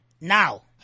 now